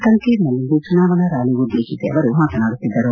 ಕಂಕೇರ್ನಲ್ಲಿಂದು ಚುನಾವಣಾ ರ್ಾಲಿ ಉದ್ದೇಶಿಸಿ ಅವರು ಮಾತನಾಡುತ್ತಿದ್ದರು